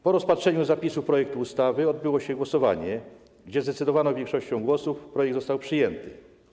Po rozpatrzeniu zapisów projektu ustawy odbyło się głosowanie, podczas którego zdecydowaną większością głosów projekt został przyjęty.